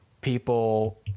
people